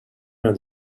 and